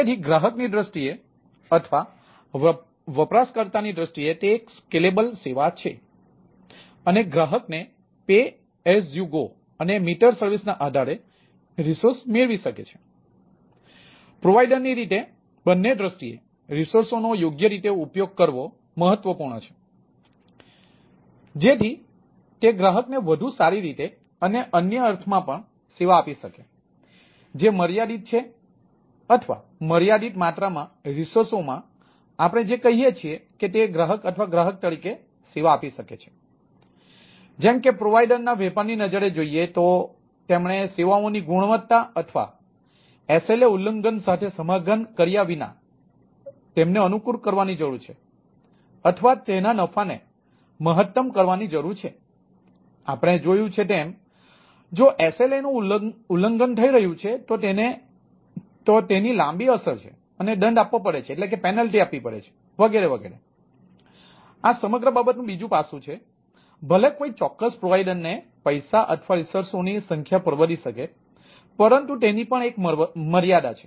તેથી ગ્રાહકની દૃષ્ટિએ અથવા વપરાશકર્તાની દૃષ્ટિએ તે એક સ્કેલેબલ ની રીતે બંને દ્રષ્ટિએ રિસોર્સોનો યોગ્ય રીતે ઉપયોગ કરવો મહત્વપૂર્ણ છે જેથી તે ગ્રાહકને વધુ સારી રીતે અને અન્ય અર્થમાં પણ સેવા આપી શકે જે મર્યાદિત છે અથવા મર્યાદિત માત્રામાં રિસોર્સોમાં આપણે જે કહીએ છીએ કે તે ગ્રાહક અથવા ગ્રાહક તરીકે સેવા આપી શકે છે